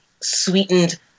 sweetened